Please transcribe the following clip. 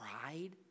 pride